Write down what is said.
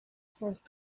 first